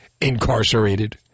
incarcerated